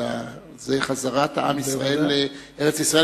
אלא זו חזרת עם ישראל לארץ-ישראל.